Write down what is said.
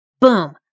Boom